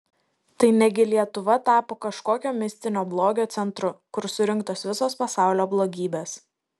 tai ne gi lietuva tapo kažkokio mistinio blogio centru kur surinktos visos pasaulio blogybės